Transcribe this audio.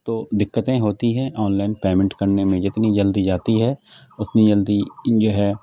تو دقتیں ہوتی ہیں آن لائن پیمنٹ کرنے میں جتنی جلدی جاتی ہے اتنی جلدی جو ہے